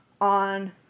on